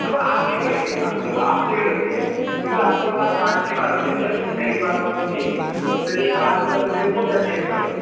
तो आपकी भी गलती है आप देखो आपकी भी गलती है क्योंकि आपके साथ पाँच छः बार हो गया चलो ये पहली बार हुआ तो ठीक है दूसरी बार होता तो हमको बोल देना चाहिए चलो